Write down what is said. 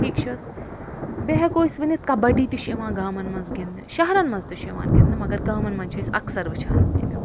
ٹھیٖک چھُ حظ بیٚیہِ ہٮ۪کو أسۍ ؤنِتھ کبڈی تہِ چھُ یِوان گامن منٛز گِندنہٕ شہرن منٛز تہِ چھُ یِوان گندنہٕ مگر گامن منٛز چھِ أسۍ اکثر وچھان اَمیُک